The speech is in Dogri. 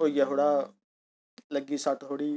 होई आ थोह्ड़ा लग्गी सट्ट थोह्ड़ी